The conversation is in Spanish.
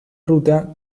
ruta